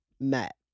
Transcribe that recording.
Matt